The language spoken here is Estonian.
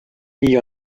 nii